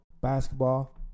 basketball